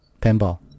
Pinball